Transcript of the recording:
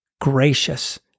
gracious